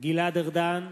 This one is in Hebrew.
גלעד ארדן,